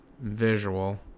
visual